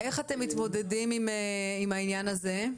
איך אתם מתמודדים עם העניין הזה?